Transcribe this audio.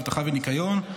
אבטחה וניקיון,